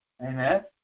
Amen